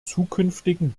zukünftigen